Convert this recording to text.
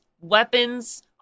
weapons